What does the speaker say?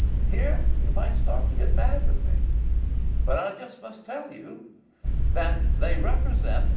and here you might start to get mad with me but i just must tell you that they represent